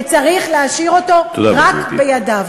וצריך להשאיר אותו רק בידיו.